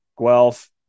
Guelph